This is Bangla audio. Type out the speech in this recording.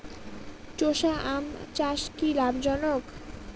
চোষা আম চাষ কি লাভজনক?